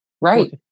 Right